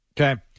Okay